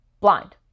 blind